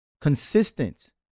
consistent